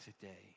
today